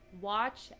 watch